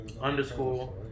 underscore